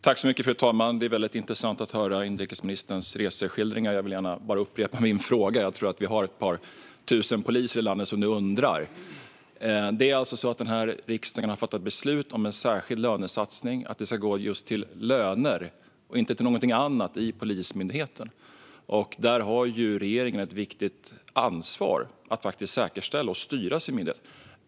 Fru talman! Det är intressant att höra inrikesministerns reseskildringar, men jag vill gärna upprepa min fråga. Jag tror att vi har ett par tusen poliser i landet som undrar nu. Riksdagen har alltså fattat beslut om en särskild lönesatsning som ska gå till just löner, inte något annat inom Polismyndigheten. Där har regeringen ett viktigt ansvar för att säkerställa och styra sin myndighet.